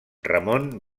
ramon